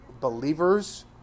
believers